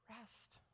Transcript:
rest